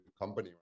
company